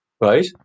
right